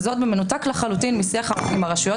וזאת במנותק לחלוטין לשיח עם הרשויות